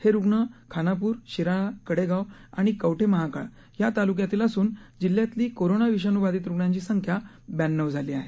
हे रुग्ण खानापूर शिराळा कडेगाव आणि कवठे महांकाळ या तालुक्यातील असून जिल्ह्यातली कोरोना विषाणू बाधित रुग्णांची संख्या ब्याण्णव झाली आहे